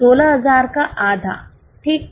16000 का आधा ठीक